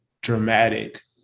dramatic